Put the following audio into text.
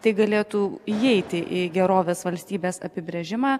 tai galėtų įeiti į gerovės valstybės apibrėžimą